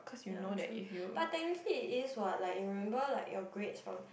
ya true but technically it is what like remember like your grades from